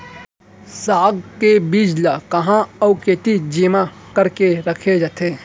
साग के बीज ला कहाँ अऊ केती जेमा करके रखे जाथे?